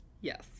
yes